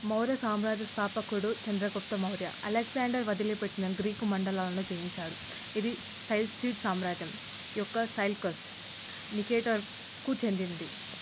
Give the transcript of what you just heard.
మౌర్య సామ్రాజ్య స్థాపకుడు చంద్రగుప్త మౌర్య అలెగ్జాండర్ వదిలిపెట్టిన గ్రీకు మండలాలను జయించాడు ఇది సెయిల్సిడ్ సామ్రాజ్యం యొక్క సెయిల్కస్ నికేటర్కు చెందినది